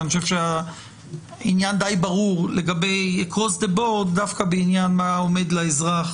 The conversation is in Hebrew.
אני חושב שהעניין די ברור לגבי אקרוס זה בורד דווקא בעניין העומד לאזרח.